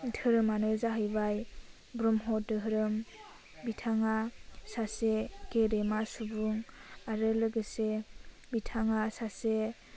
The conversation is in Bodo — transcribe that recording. धोरोमानो जाहैबाय ब्रह्म धोरोम बिथाङा सासे गेदेमा सुबुं आरो लोगोसे बिथाङा सासे